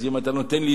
אז אם אתה נותן לי,